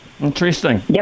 Interesting